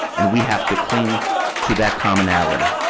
and we have to cling to that commonality.